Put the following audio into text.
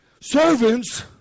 Servants